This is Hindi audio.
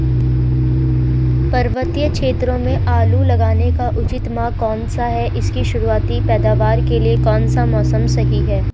पर्वतीय क्षेत्रों में आलू लगाने का उचित माह कौन सा है इसकी शुरुआती पैदावार के लिए कौन सा मौसम सही है?